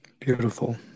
Beautiful